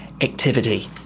activity